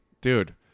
Dude